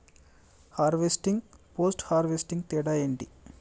Harvesting, post harvesting తేడా ఏంటి?